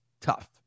tough